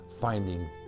finding